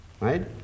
Right